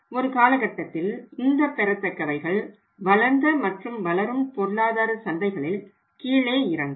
ஒரு காலகட்டத்தில் இந்தக் பெறத்தக்கவைகள் வளர்ந்த மற்றும் வளரும் பொருளாதார சந்தைகளில் கீழே இறங்கும்